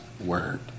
word